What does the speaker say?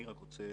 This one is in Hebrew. אני רק רוצה